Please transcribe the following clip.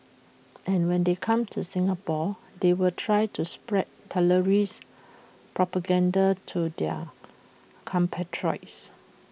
and when they come to Singapore they will try to spread terrorist propaganda to their compatriots